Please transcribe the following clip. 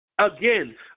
again